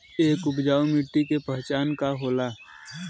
एक उपजाऊ मिट्टी के पहचान का होला?